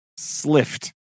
Slift